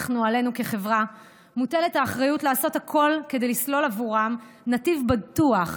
עלינו כחברה מוטלת האחריות לעשות הכול כדי לסלול עבורם נתיב בטוח,